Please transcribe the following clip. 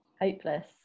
hopeless